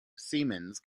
siemens